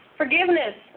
Forgiveness